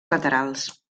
laterals